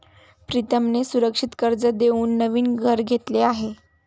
प्रीतमने सुरक्षित कर्ज देऊन नवीन घर घेतले आहे